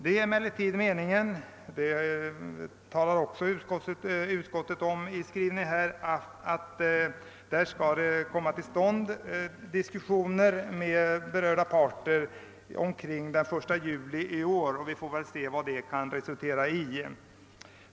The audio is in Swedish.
Det är emellertid meningen — det talar också utskottet om i sin skrivning — att det skall komma till stånd diskussioner med berörda parter omkring 1 juli i år, och vi får väl se vad de kan resultera i.